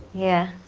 yeah.